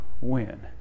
win